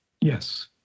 Yes